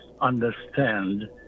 understand